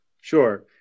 Sure